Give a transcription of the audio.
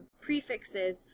prefixes